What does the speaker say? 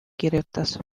kirjutas